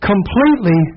completely